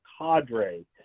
cadre